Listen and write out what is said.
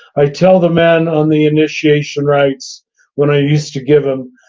i tell the men on the initiation rites when i use to give them,